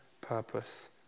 purpose